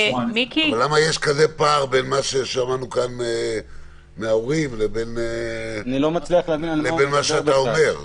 ולמה יש כזה פער בין מה ששמענו כאן מההורים לבין מה שאתה אומר?